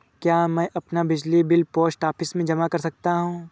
क्या मैं अपना बिजली बिल पोस्ट ऑफिस में जमा कर सकता हूँ?